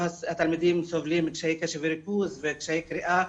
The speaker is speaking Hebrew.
התלמידים סובלים מקשיי קשב וריכוז וקשיי קריאה,